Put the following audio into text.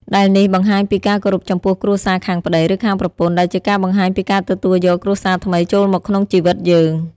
ដែលនេះបង្ហាញពីការគោរពចំពោះគ្រួសារខាងប្តី ឬខាងប្រពន្ធ ដែលជាការបង្ហាញពីការទទួលយកគ្រួសារថ្មីចូលមកក្នុងជីវិតយើង។